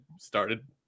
started